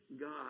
God